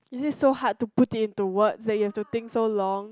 is it so hard to put it into words that you have to think so long